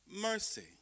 mercy